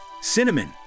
cinnamon